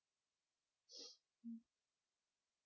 mm